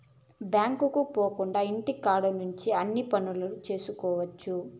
బ్యాంకుకు పోకుండా ఇంటికాడ నుండి అన్ని పనులు చేసుకోవచ్చు